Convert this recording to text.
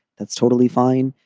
that's totally fine.